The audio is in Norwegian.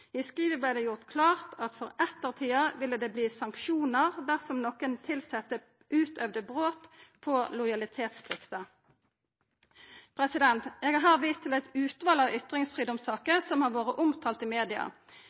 I skrivet vart det gjort klart at for ettertida ville det verta sanksjonar dersom nokon tilsette utøvde brot på lojalitetsplikta. Eg har vist til eit utval av ytringsfridomssaker som har vore omtalde i media.